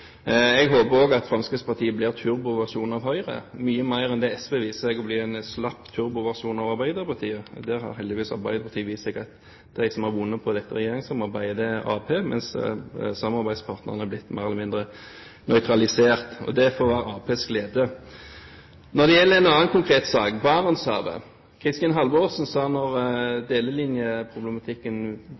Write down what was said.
Jeg håper også at Fremskrittspartiet blir turboversjonen av Høyre, mye mer enn det SV viser seg å være en slapp turboversjon av Arbeiderpartiet. Det har heldigvis vist seg at det partiet som har vunnet på dette regjeringssamarbeidet, er Arbeiderpartiet, mens samarbeidspartnerne har blitt mer eller mindre nøytralisert. Det får være Arbeiderpartiets glede. Når det gjelder en annen konkret sak, Barentshavet, sa Kristin